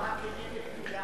לימוד תורה כנגד כולם.